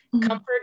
comfort